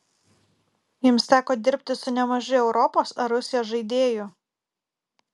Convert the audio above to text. jums teko dirbti su nemažai europos ar rusijos žaidėjų